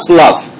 love